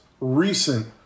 recent